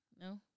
no